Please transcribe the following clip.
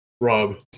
Rob